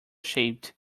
shaped